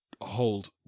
hold